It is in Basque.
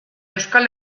euskal